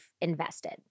invested